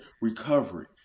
recovery